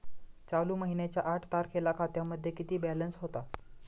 चालू महिन्याच्या आठ तारखेला खात्यामध्ये किती बॅलन्स होता?